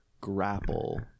grapple